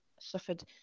suffered